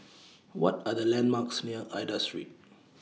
What Are The landmarks near Aida Street